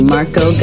Marco